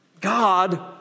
God